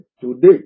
today